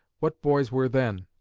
what boys were then?